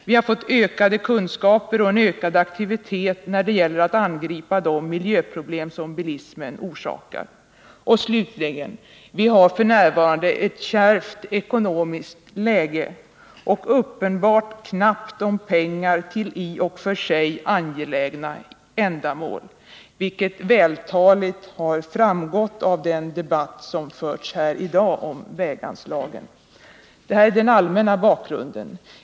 Vi har fått ökade kunskaper och en ökad aktivitet när det gäller att angripa de miljöproblem som bilismen orsakar. Och slutligen: Vi har f. n. ett kärvt ekonomiskt läge och uppenbart knappt om pengar till i och för sig angelägna ändamål, vilket vältaligt har framhållits under den debatt som förts här i dag om väganslagen. Det är den allmänna bakgrunden.